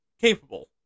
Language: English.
capable